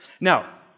Now